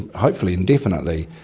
and hopefully indefinitely,